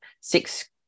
six